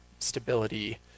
stability